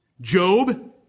Job